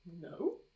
No